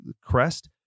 crest